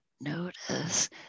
notice